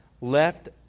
left